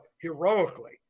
heroically